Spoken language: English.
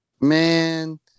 Man